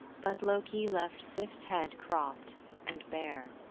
but loki left sif's head cropped and bare.